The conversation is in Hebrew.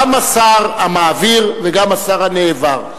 גם השר המעביר וגם השר הנעבר.